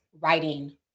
writing